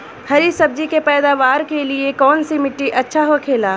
हरी सब्जी के पैदावार के लिए कौन सी मिट्टी अच्छा होखेला?